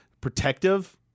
protective